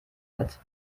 hat